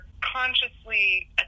consciously